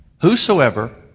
whosoever